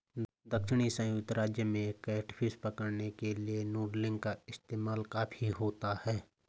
दक्षिणी संयुक्त राज्य में कैटफिश पकड़ने के लिए नूडलिंग का इस्तेमाल काफी होता है